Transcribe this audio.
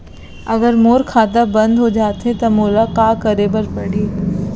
अगर मोर खाता बन्द हो जाथे त मोला का करे बार पड़हि?